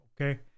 Okay